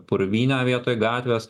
purvynę vietoj gatvės